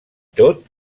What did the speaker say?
tot